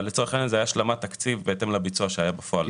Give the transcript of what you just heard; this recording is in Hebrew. לצורך העניין זאת הייתה השלמת תקציב בהתאם לביצוע שהיה בפועל,